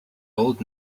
old